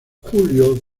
julio